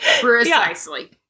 Precisely